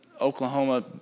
Oklahoma